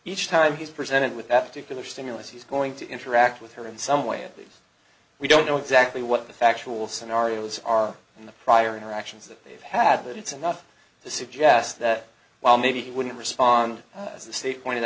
each time he's presented with that particular stimulus he's going to interact with her in some way at least we don't know exactly what the factual scenarios are in the prior interactions that they've had but it's enough to suggest that well maybe he wouldn't respond as the state pointed